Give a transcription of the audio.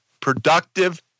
productive